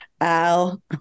Al